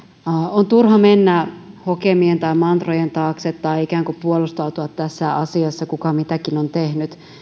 on turha mennä hokemien tai mantrojen taakse tai ikään kuin puolustautua tässä asiassa kuka mitäkin on tehnyt